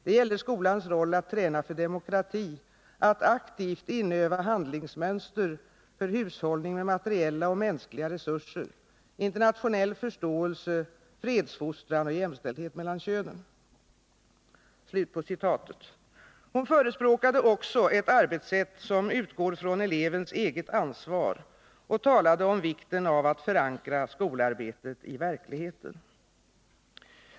Det gäller skolans roll att träna för demokrati, att aktivt inöva handlingsmönster för hushållning med materiella och mänskliga resurser, internationell förståelse, fredsfostran och jämställdhet mellan könen.” Hon förespråkade också ett arbetssätt som utgår från elevens eget ansvar och talade om vikten av att förankra skolarbetet i verkligheten.